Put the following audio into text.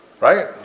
right